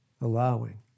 allowing